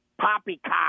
Poppycock